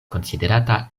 konsiderata